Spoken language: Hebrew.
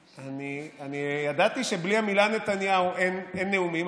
ידעתי שבלי המילה "נתניהו" אין נאומים,